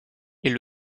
est